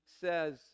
says